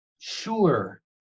Sure